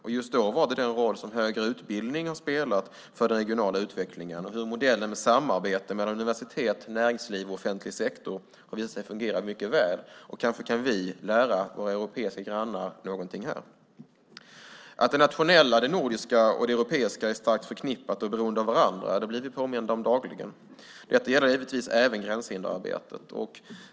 Man pekade då på den roll som högre utbildning har spelat för den regionala utvecklingen och hur modellen med samarbete mellan universitet, näringsliv och offentlig sektor har visat sig fungera mycket väl. Kanske kan vi lära våra europeiska grannar någonting här. Att det nationella, det nordiska och det europeiska är starkt förknippade med och beroende av varandra blir vi påminda om dagligen. Detta gäller givetvis även gränshindersarbetet.